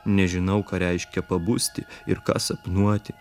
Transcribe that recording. nežinau ką reiškia pabusti ir ką sapnuoti